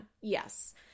Yes